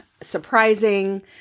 Surprising